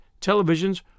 televisions